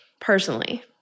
personally